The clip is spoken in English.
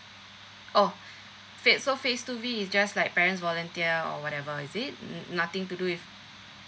oh phase so phase two B is just like parents volunteer or whatever is it noth~ nothing to do with